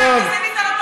חבר הכנסת ביטן,